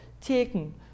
taken